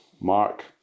Mark